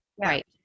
Right